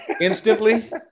instantly